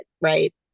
Right